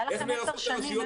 היה לכם עשר שנים.